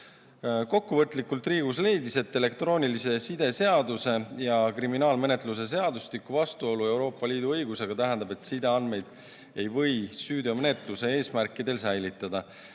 Kokkuvõtlikult leidis Riigikohus, et elektroonilise side seaduse ja kriminaalmenetluse seadustiku vastuolu Euroopa Liidu õigusega tähendab, et sideandmeid ei või süüteomenetluse eesmärkidel säilitada.